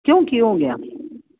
ਕਿਉਂ ਕੀ ਹੋ ਗਿਆ